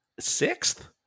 sixth